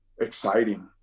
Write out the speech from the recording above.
exciting